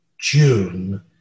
June